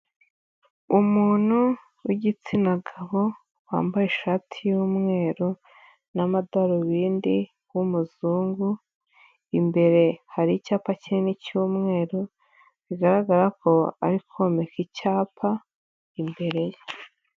Umuntu w'igitsina gabo wambaye ishati y'umweru n'amadarubindi, w'umuzungu imbere hari icyapa kinini cy'umweru bigaragara ko ari komeka icyapa imbere ye.